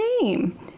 name